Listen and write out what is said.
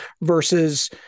versus